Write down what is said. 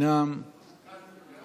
ובכן תוצאות ההצבעה הן,